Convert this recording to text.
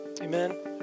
Amen